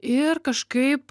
ir kažkaip